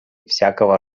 всякого